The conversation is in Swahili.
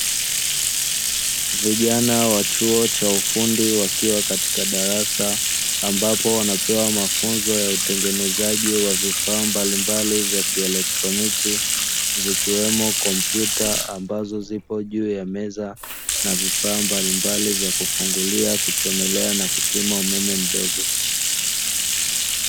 Vijana wa chuo cha ufundi wakiwa katika darasa ambapo wanapewa mafunzo ya utengenezaji wa vifaa mbalimbali vya kielektroniki zikiwemo kompyuta ambazo zipo juu ya meza na vifaa mbalimbali vya kufungulia, kuchomelea na kupima umeme mdogo.